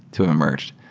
to emerge.